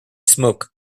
smoke